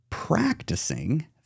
practicing